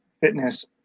fitness